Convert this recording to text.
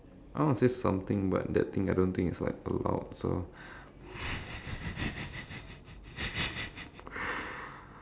I want to say something but that thing I don't think is like allowed so